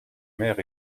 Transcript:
mères